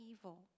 evil